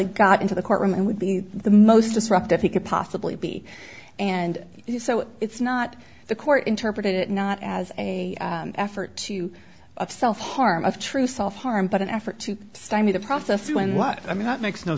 he got into the courtroom and would be the most disruptive he could possibly be and so it's not the court interpret it not as a effort to of self harm of true self harm but an effort to stymie the process when what i mean that makes no